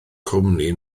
cwmni